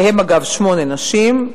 מהם אגב שמונה נשים.